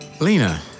Lena